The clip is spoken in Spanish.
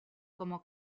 como